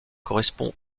correspond